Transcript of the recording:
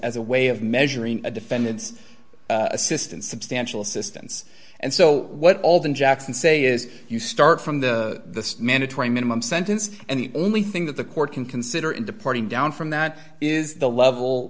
as a way of measuring a defendant's assistance substantial assistance and so what all the jackson say is you start from the mandatory minimum sentence and the only thing that the court can consider in departing down from that is the level